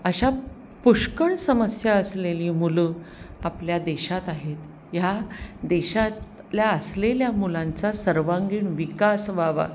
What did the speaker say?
अशा पुष्कळ समस्या असलेली मुलं आपल्या देशात आहेत ह्या देशातल्या असलेल्या मुलांचा सर्वांगीण विकास व्हावा